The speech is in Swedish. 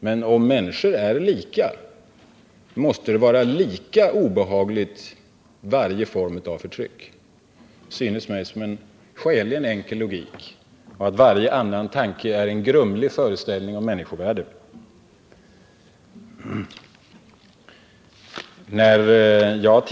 Men om människor är lika måste varje slags förtryck vara lika obehagligt. Det synes mig vara en skäligen enkel logik, och varje annan tanke är uttryck för en grumlig föreställning om människovärde.